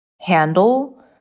handle